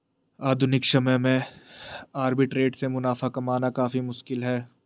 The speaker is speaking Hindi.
आधुनिक समय में आर्बिट्रेट से मुनाफा कमाना काफी मुश्किल है